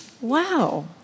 Wow